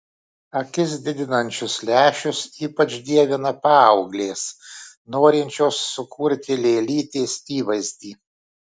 akis didinančius lęšius ypač dievina paauglės norinčios sukurti lėlytės įvaizdį